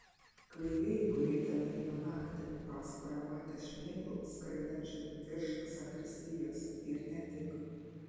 kvailiai kurie ten eina naktį pasakoja matę šmėklų skraidančių virš zakristijos ir ne tik